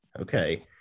Okay